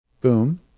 Boom